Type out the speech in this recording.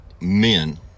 men